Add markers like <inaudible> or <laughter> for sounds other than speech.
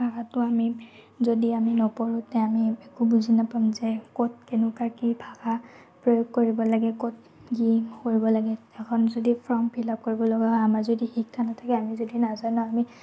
ভাষাটো আমি যদি আমি নপঢ়ো তে আমি একো বুজি নাপাম যে ক'ত কেনেকুৱা কি ভাষা প্ৰয়োগ কৰিব লাগে ক'ত <unintelligible> ফুৰিব লাগে এখন যদি ফৰ্ম ফিলআপ কৰিব লগা হয় আমাৰ যদি শিক্ষা নাথাকে আমি যদি নাজানোৱে আমি